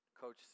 coach